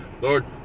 Lord